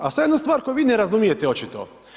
A sada jedna stvar koju vi ne razumijete očito.